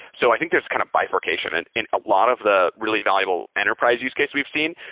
so i think there's kind of bifurcation. and in a lot of the really valuable enterprise use case we've seen,